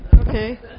Okay